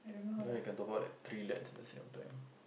that one you can top up like three leads at the same time